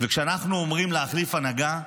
כשאנחנו אומרים להחליף הנהגה,